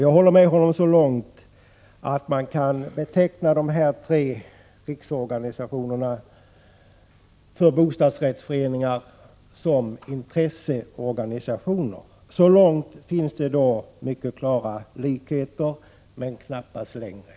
Jag håller med honom om att man kan beteckna dessa tre riksorganisationer för bostadsrättsföreningar som intresseorganisationer — så långt finns det mycket klara likheter men knappast längre.